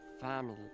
family